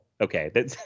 Okay